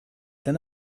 then